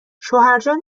شوهرجان